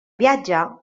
viatge